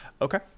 Okay